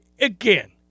Again